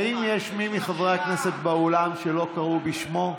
האם יש מישהו מחברי הכנסת באולם שלא קראו בשמו?